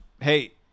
Hey